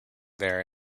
there